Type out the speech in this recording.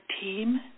team